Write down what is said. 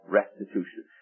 restitution